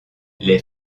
les